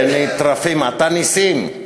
ונטרפים, אתה נסים.